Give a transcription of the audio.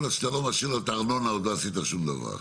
כל עוד שאתה לא משאיר לו את הארנונה עוד לא עשית שום דבר.